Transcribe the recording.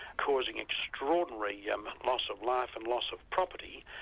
causing extraordinary yeah um loss of life and loss of property,